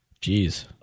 Jeez